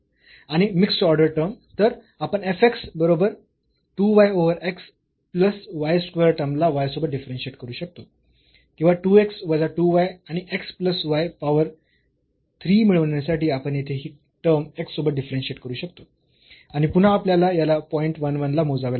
आणि mixed order term तर आपण f x बरोबर 2 y over x plus y square टर्मला y सोबत डिफरन्शियेट करू शकतो किंवा 2 x वजा 2 y आणि x प्लस y पॉवर 3 मिळविण्यासाठी आपण येथे ही टर्म x सोबत डिफरन्शियेट करू शकतो आणि पुन्हा आपल्याला याला पॉईंट 1 1 ला मोजावे लागेल